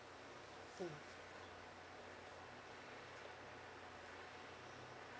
mm